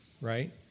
right